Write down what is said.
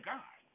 God